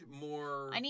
more